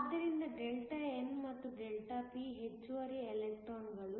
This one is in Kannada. ಆದ್ದರಿಂದ Δn ಮತ್ತು Δp ಹೆಚ್ಚುವರಿ ಎಲೆಕ್ಟ್ರಾನ್ಗಳು